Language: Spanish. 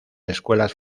escuelas